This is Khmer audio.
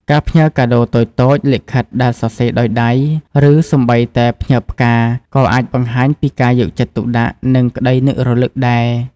ការផ្ញើកាដូតូចៗ លិខិតដែលសរសេរដោយដៃ ឬសូម្បីតែផ្ញើផ្កា ក៏អាចបង្ហាញពីការយកចិត្តទុកដាក់ និងក្តីនឹករលឹកដែរ។